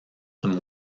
them